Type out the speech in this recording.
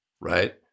right